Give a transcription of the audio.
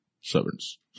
servants